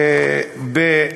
ברשותכם,